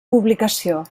publicació